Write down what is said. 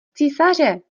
císaře